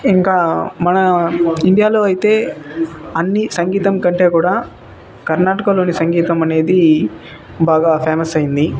ఇంకా మన ఇండియాలో అయితే అన్నీ సంగీతం కంటే కూడా కర్ణాటకలోని సంగీతం అనేది బాగా ఫేమస్ అయింది